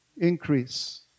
increase